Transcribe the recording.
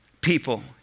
people